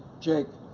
jake,